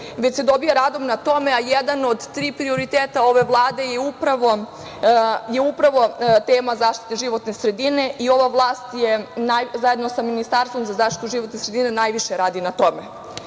već se dobija radom na tome, a jedan od tri prioriteta ove Vlade je upravo tema zaštite životne sredine i ova vlast je zajedno sa Ministarstvom za zaštitu životne sredine najviše radila na tome. Do